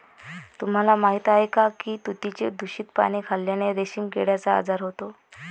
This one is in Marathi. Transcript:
तुम्हाला माहीत आहे का की तुतीची दूषित पाने खाल्ल्याने रेशीम किड्याचा आजार होतो